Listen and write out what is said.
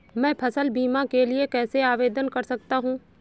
मैं फसल बीमा के लिए कैसे आवेदन कर सकता हूँ?